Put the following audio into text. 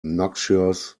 noxious